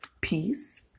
peace